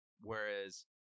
whereas